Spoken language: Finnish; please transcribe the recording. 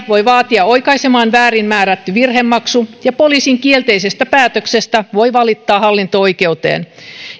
vaatia oikaisemaan väärin määrätyn virhemaksun ja poliisin kielteisestä päätöksestä voi valittaa hallinto oikeuteen